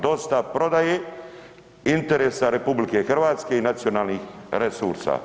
Dosta prodaje interesa RH i nacionalnih resursa.